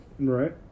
Right